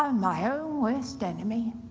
ah my own worst enemy.